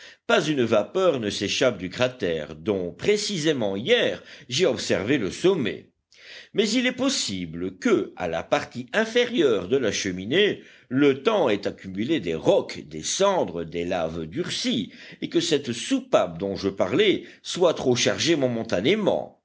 pas une vapeur ne s'échappe du cratère dont précisément hier j'ai observé le sommet mais il est possible que à la partie inférieure de la cheminée le temps ait accumulé des rocs des cendres des laves durcies et que cette soupape dont je parlais soit trop chargée momentanément